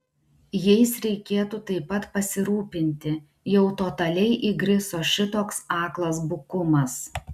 jais reikėtų taip pat pasirūpinti jau totaliai įgriso šitoks aklas bukumas